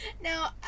Now